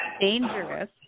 dangerous